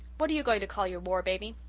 what are you going to call your war-baby?